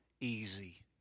easy